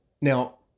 Now